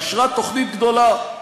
"אישרה תוכנית גדולה,